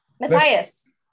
Matthias